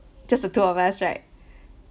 just the two of us right